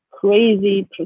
crazy